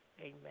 Amen